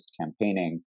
campaigning